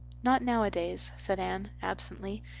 not nowadays, said anne, absently,